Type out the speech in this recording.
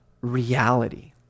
reality